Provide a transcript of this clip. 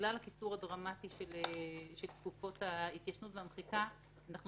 שבגלל הקיצור הדרמטי של תקופות ההתיישנות והמחיקה אנחנו